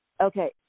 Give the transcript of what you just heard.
Okay